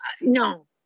No